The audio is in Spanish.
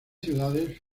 ciudades